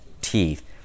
teeth